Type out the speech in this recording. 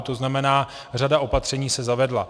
To znamená, že řada opatření se zavedla.